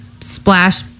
splash